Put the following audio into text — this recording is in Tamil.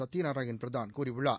சத்தியநாராயண் பிரதான் கூறியுள்ளார்